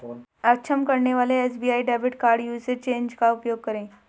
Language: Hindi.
अक्षम करने वाले SBI debit card usage change का उपयोग करें